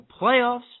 playoffs